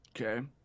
okay